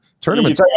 Tournament